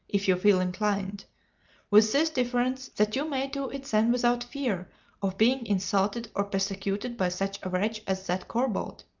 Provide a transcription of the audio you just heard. if you feel inclined with this difference, that you may do it then without fear of being insulted or persecuted by such a wretch as that corbould?